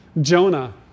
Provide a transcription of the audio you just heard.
Jonah